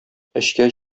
эчкә